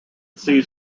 sees